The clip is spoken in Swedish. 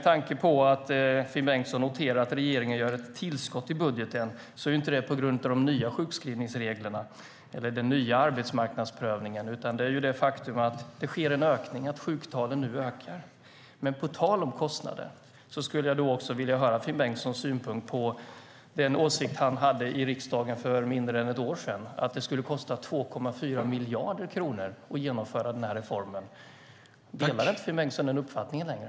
Finn Bengtsson noterar att regeringen gör ett tillskott i budgeten, men det är inte på grund av de nya sjukskrivningsreglerna eller den nya arbetsmarknadsprövningen, utan det är på grund av det faktum att sjuktalen nu ökar. På tal om kostnader skulle jag också vilja höra Finn Bengtssons synpunkt på hans åsikt i riksdagen för mindre än ett år sedan, att det skulle kosta 2,4 miljarder kronor att genomföra den här reformen. Delar inte Finn Bengtsson den uppfattningen längre?